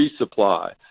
resupply